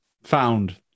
found